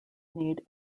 need